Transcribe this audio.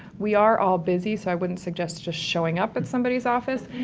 we are all busy so i wouldn't suggest just showing up at somebody's office,